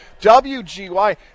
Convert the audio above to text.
WGY